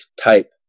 type